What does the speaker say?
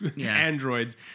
androids